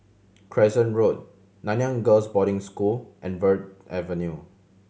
Crescent Road Nanyang Girls' Boarding School and Verde Avenue